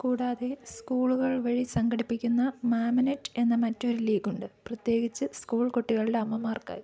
കൂടാതെ സ്കൂളുകൾ വഴി സംഘടിപ്പിക്കുന്ന മാമനെറ്റ് എന്ന മറ്റൊരു ലീഗുണ്ട് പ്രത്യേകിച്ച് സ്കൂൾ കുട്ടികളുടെ അമ്മമാർക്കായി